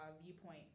viewpoint